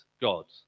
gods